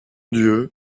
dieu